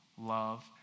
love